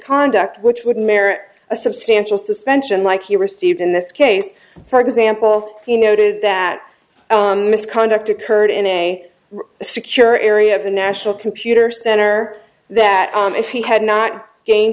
misconduct which would merit a substantial suspension like you received in that case for example he noted that misconduct occurred in a secure area of the national computer center that if he had not gain